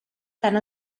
tant